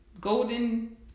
Golden